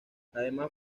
además